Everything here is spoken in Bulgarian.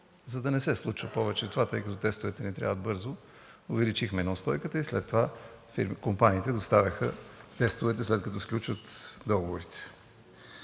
За да не се случва повече това, тъй като тестовете ни трябват бързо, увеличихме неустойката и след това компаниите доставяха тестовете, след като сключат договорите.